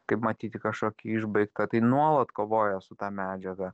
kaip matyti kažkokį išbaigtą tai nuolat kovoja su ta medžiaga